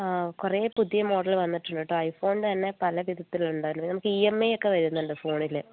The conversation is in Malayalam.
ആ കുറേ പുതിയ മോഡൽ വന്നിട്ടുണ്ട് കേട്ടോ ഐ ഫോണിന്റെ തന്നെ പല വിധത്തിലുള്ളത് ഉണ്ടായിരുന്നു നമുക്ക് ഇ എം എ ഒക്കെ വരുന്നുണ്ട് ഫോണിൽ